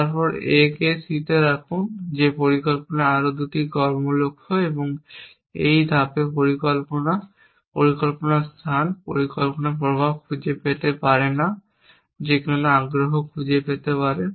তারপর A কে C তে রাখুন যে পরিকল্পনায় আরও 2 কর্ম লক্ষ্য এই 6 ধাপের পরিকল্পনা এবং পরিকল্পনা স্থান পরিকল্পনার প্রভাব খুঁজে পেতে পারে না যে কেন আগ্রহ খুঁজে পেতে পারে